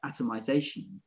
atomization